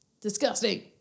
Disgusting